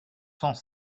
sans